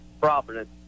Providence